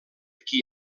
qui